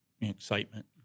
excitement